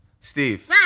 Steve